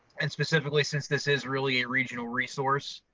and specifically since this is really a regional resource,